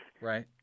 Right